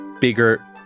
bigger